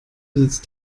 sitzt